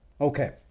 Okay